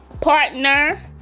partner